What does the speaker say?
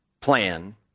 plan